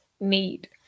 need